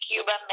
Cuba